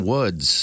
Woods